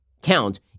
count